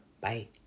Bye